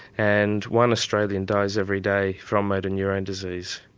and one australian dies every day from motor neurone disease.